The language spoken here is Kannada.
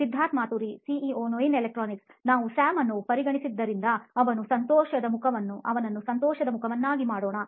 ಸಿದ್ಧಾರ್ಥ್ ಮಾತುರಿ ಸಿಇಒ ನೋಯಿನ್ ಎಲೆಕ್ಟ್ರಾನಿಕ್ಸ್ ನಾವು ಸ್ಯಾಮ್ ಅನ್ನು ಪರಿಗಣಿಸಿದ್ದರಿಂದ ಅದನ್ನು ಸಂತೋಷದ ಮುಖವನ್ನಾಗಿ ಮಾಡೋಣ